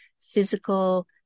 physical